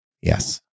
Yes